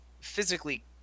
physically